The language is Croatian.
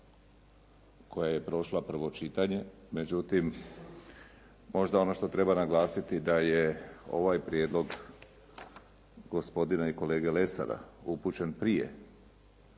koja je prošla prvo čitanje, međutim možda ono što treba naglasiti da je ovaj prijedlog gospodina i kolege Lesara upućen prije,